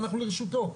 ואנחנו לרשותו.